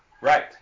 Right